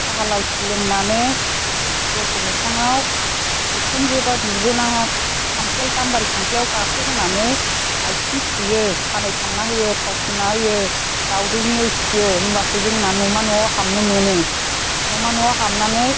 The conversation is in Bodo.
साहा लावथि लोंनानै दरखं मोखाङाव बिखुनजो एबा बिबोनाङा खामफ्लाय गामबारि खामफ्लायाव गाखोहोनानै आथिं सुयो खानाय खानना होयो थाव फुनना होयो दाउदै नेवसियो होमबासो जोंना न'मा न'आव हाबनो मोनो न'मा न'आव हाबनानै